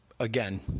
Again